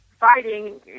Fighting